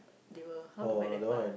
they will how to bite that part